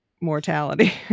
mortality